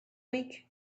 week